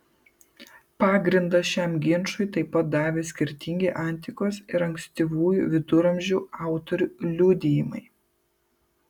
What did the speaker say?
pagrindą šiam ginčui taip pat davė skirtingi antikos ir ankstyvųjų viduramžių autorių liudijimai